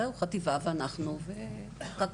זהו, חטיבה, ואנחנו וקק"ל.